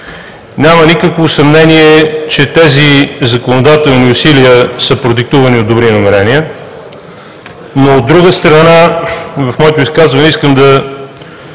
Няма никакво съмнение, че тези законодателни усилия са продиктувани от добри намерения, но, от друга страна, в моето изказване искам да